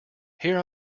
here